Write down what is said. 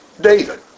David